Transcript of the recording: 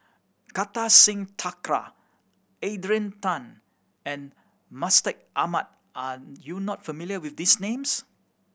Kartar Singh Thakral Adrian Tan and Mustaq Ahmad are you not familiar with these names